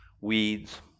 Weeds